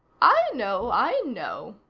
i know, i know,